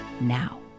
now